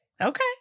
Okay